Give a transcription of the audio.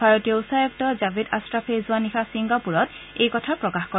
ভাৰতীয় উচ্চায়ুক্ত জাভেদ আশ্ৰাফে যোৱানিশা ছিংগাপুৰত এইকথা প্ৰকাশ কৰে